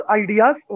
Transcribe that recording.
ideas